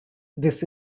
this